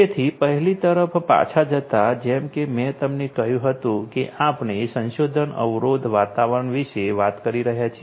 તેથી પહેલી તરફ પાછા જતા જેમ કે મેં તમને કહ્યું હતું કે આપણે સંસાધન અવરોધ વાતાવરણ વિશે વાત કરી રહ્યા છીએ